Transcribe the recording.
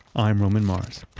i'm roman mars.